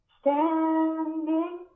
standing